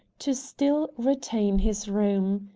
to still retain his room.